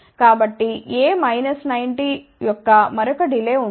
కాబట్టి a 90 యొక్క మరొక డిలే ఉంటుంది